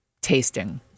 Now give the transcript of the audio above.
tasting